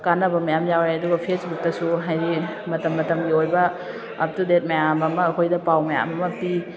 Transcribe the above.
ꯀꯥꯟꯅꯕ ꯃꯌꯥꯝ ꯌꯥꯎꯋꯦ ꯑꯗꯨꯒ ꯐꯦꯁꯕꯨꯛꯇꯁꯨ ꯍꯥꯏꯗꯤ ꯃꯇꯝ ꯃꯇꯝꯒꯤ ꯑꯣꯏꯕ ꯑꯞꯇꯨꯗꯦꯠ ꯃꯌꯥꯝ ꯑꯃ ꯑꯩꯈꯣꯏꯗ ꯄꯥꯎ ꯃꯌꯥꯝ ꯑꯃ ꯄꯤ